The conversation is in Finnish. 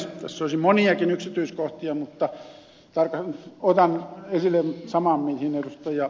tässä olisi moniakin yksityiskohtia mutta otan esille saman kuin minkä ed